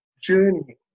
journeying